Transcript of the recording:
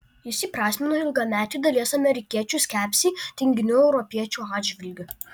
jis įprasmino ilgametį dalies amerikiečių skepsį tingių europiečių atžvilgiu